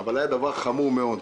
מהאוצר אבל היה דבר חמור מאוד.